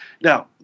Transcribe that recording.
Now